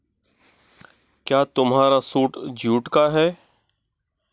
क्या तुम्हारा suit jute का है?